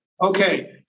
okay